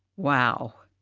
wow!